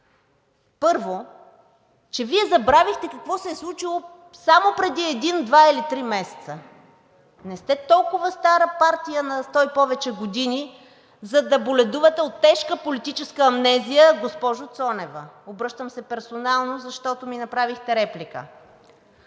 първо, че Вие забравихте какво се е случило само преди един, два или три месеца. Не сте толкова стара партия – на 100 и повече години, за да боледувате от тежка политическа амнезия, госпожо Цонева. Обръщам се персонално, защото ми направихте реплика.